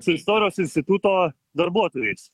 tęsė istorijos instituto darbuotojais